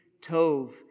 Tov